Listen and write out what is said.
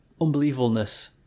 unbelievableness